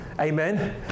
amen